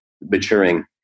maturing